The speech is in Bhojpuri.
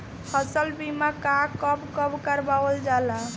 फसल बीमा का कब कब करव जाला?